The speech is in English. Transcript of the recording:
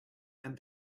and